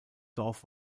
dorf